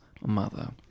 mother